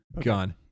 gone